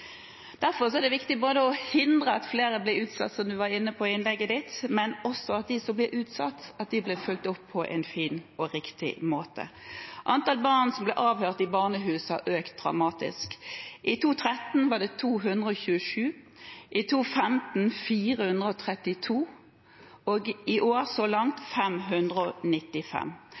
Derfor er det viktig både å hindre at flere blir utsatt, som representanten var inne på i innlegget sitt, og også at de som blir utsatt, blir fulgt opp på en fin og riktig måte. Antall barn som blir avhørt i barnehus, har økt dramatisk. I 2013 var det 227, i 2015 var det 432, og i år, så langt, 595.